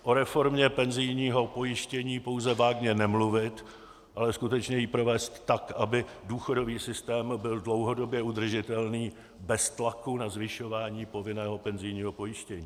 O reformě penzijního pojištění pouze vágně nemluvit, ale skutečně ji provést tak, aby důchodový systém byl dlouhodobě udržitelný bez tlaku na zvyšování povinného penzijního pojištění.